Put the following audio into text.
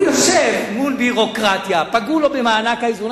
הוא יושב מול ביורוקרטיה, פגעו לו במענק האיזון.